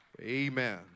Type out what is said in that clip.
amen